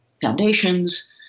foundations